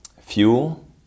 fuel